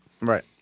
right